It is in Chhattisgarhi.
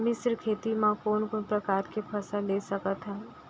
मिश्र खेती मा कोन कोन प्रकार के फसल ले सकत हन?